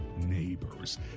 neighbors